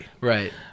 Right